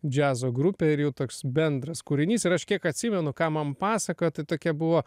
džiazo grupė ir jų toks bendras kūrinys ir aš kiek atsimenu ką man pasakojo tai tokia buvo